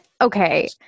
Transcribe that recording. okay